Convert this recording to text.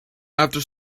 after